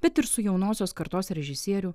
bet ir su jaunosios kartos režisierių